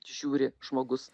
žiūri žmogus